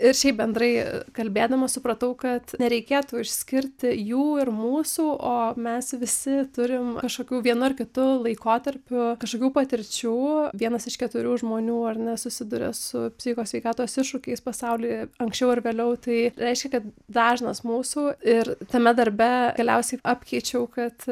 ir šiaip bendrai kalbėdama supratau kad nereikėtų išskirti jų ir mūsų o mes visi turim kažkokių vienu ar kitu laikotarpiu kažkokių patirčių vienas iš keturių žmonių ar ne susiduria su psichikos sveikatos iššūkiais pasaulyje anksčiau ar vėliau tai reiškia kad dažnas mūsų ir tame darbe galiausiai apkeičiau kad